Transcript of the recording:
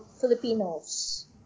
Filipinos